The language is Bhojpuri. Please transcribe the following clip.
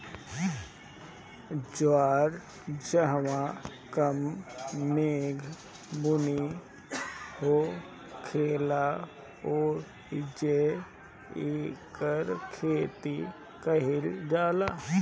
जवार जहवां कम मेघ बुनी होखेला ओहिजे एकर खेती कईल जाला